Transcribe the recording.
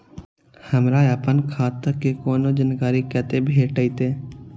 हमरा हमर खाता के कोनो जानकारी कते भेटतै